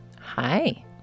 Hi